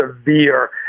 severe